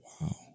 Wow